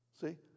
See